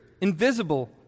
invisible